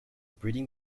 breeding